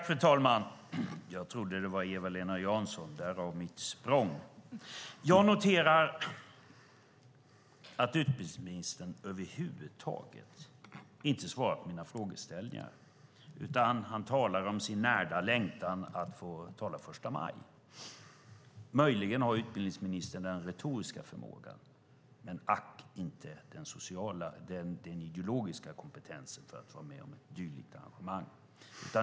Fru talman! Jag noterar att utbildningsministern över huvud taget inte svarar på mina frågeställningar. Han talar om sin närda längtan att få tala på första maj. Möjligen har utbildningsministern den retoriska förmågan, men ack - inte den sociala och den ideologiska kompetensen för att vara med om ett dylikt arrangemang.